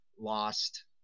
lost